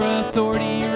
authority